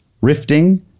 rifting